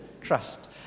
Trust